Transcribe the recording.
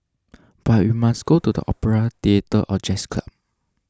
but we must go to the opera theatre or jazz club